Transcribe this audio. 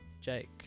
Jake